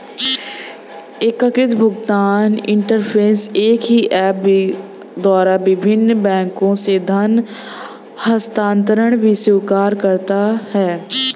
एकीकृत भुगतान इंटरफ़ेस एक ही ऐप द्वारा विभिन्न बैंकों से धन हस्तांतरण स्वीकार करता है